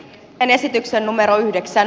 sen esityksen numero yhdeksän